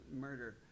murder